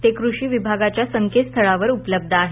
ते कृषी विभागाच्या संकेतस्थळावर उपलब्ध आहेत